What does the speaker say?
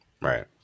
Right